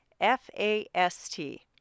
F-A-S-T